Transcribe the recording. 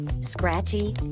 scratchy